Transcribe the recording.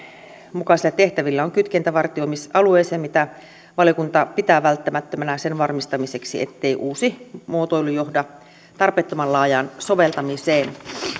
mukaisilla tehtävillä on kytkentä vartioimisalueeseen mitä valiokunta pitää välttämättömänä sen varmistamiseksi ettei uusi muotoilu johda tarpeettoman laajaan soveltamiseen